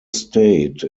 state